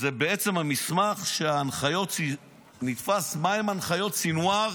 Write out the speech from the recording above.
או בעצם המסמך שנתפס, הוא מהן הנחיות סנוואר